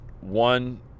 one